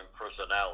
personality